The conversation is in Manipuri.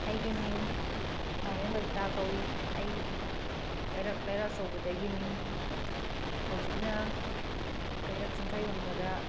ꯑꯩꯒꯤ ꯃꯤꯡ ꯅꯥꯎꯔꯦꯝ ꯕꯥꯕꯤꯇꯥ ꯀꯧꯏ ꯑꯩ ꯀꯩꯔꯛ ꯂꯩꯔꯛ ꯑꯆꯧꯕꯗꯒꯤꯅꯤ ꯍꯧꯖꯤꯛꯅ ꯀꯩꯔꯛ ꯆꯤꯡꯈꯩ ꯍꯨꯟꯕꯗ